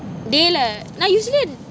day lah நா:na now usually